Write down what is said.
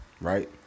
right